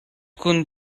kun